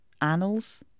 Annals